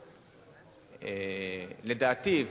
לדעתי,